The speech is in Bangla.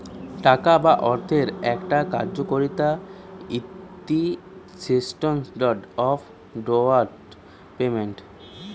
টাকা বা অর্থের একটা কার্যকারিতা হতিছেস্ট্যান্ডার্ড অফ ডেফার্ড পেমেন্ট